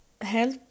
help